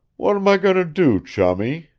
what'm i going to do, chummie?